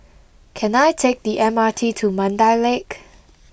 can I take the M R T to Mandai Lake